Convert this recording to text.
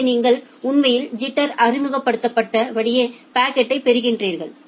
எனவே நீங்கள் உண்மையில் ஐிட்டர் அறிமுகப்படுத்தப்பட்ட படியே பாக்கெட்டைப் பெறுகிறீர்கள்